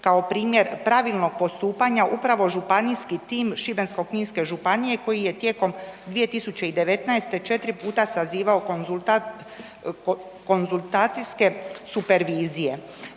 kao primjer pravilnog postupanja upravo županijski tim Šibensko-kninske županije koji je tijekom 2019. 4 puta sazivao konzultacijske supervizije.